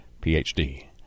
Ph.D